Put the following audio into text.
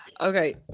Okay